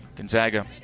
Gonzaga